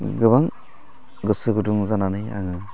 गोबां गोसो गुदुं जानानै आङो